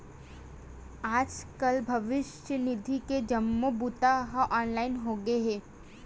आजकाल भविस्य निधि के जम्मो बूता ह ऑनलाईन होगे हे